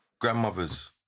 Grandmothers